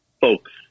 folks